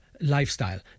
lifestyle